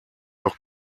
doch